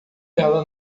ela